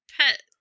pet